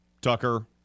Tucker